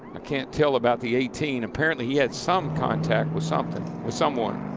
i can't tell about the eighteen. apparently he had some contact with something. with someone.